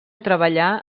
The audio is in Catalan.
treballà